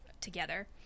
together